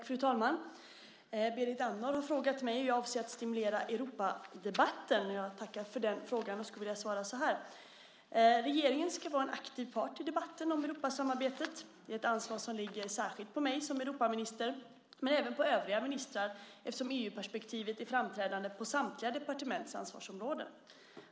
Fru talman! Berit Andnor har frågat mig hur jag avser att stimulera Europadebatten. Jag tackar för frågan och vill svara så här. Regeringen ska vara en aktiv part i debatten om Europasamarbetet. Det är ett ansvar som ligger särskilt på mig som Europaminister men även på övriga ministrar, eftersom EU-perspektivet är framträdande på samtliga departements ansvarsområden.